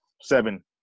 seven